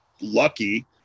lucky